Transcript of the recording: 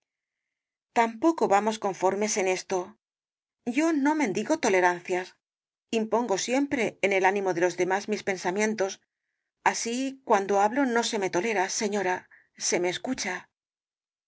tampoco vamos conformes en esto yo no mendigo tolerancias impongo siempre en el ánimo de los demás mis pensamientos así cuando hablo no se me tolera señora se me escucha